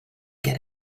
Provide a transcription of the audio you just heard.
get